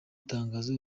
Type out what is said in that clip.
tangazo